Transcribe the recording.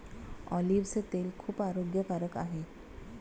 ऑलिव्हचे तेल खूप आरोग्यकारक आहे